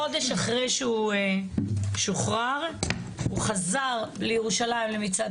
חודש אחרי שהוא שוחרר הוא חזר לירושלים למצעד